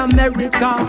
America